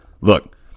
Look